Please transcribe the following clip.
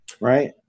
right